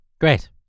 Great